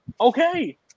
Okay